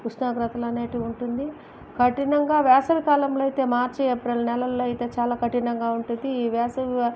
ఉష్ణోగ్రతలు అనేటివి ఉంటుంది కఠినంగా వేసవి కాలంలో అయితే మార్చి ఏప్రిల్ నెలల్లో అయితే చాలా కఠినంగా ఉంటుంది ఈ వేసవి